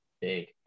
big